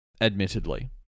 Admittedly